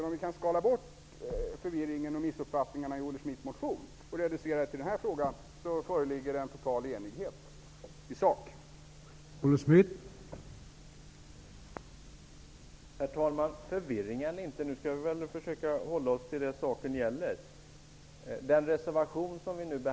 Om vi kan skala bort förvirringen och missuppfattningarna i Olle Schmidts motion och reducera det till den här frågan, föreligger en total enighet i sak.